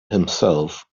himself